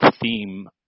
theme